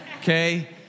okay